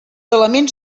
elements